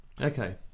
okay